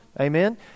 Amen